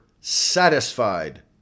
satisfied